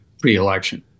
pre-election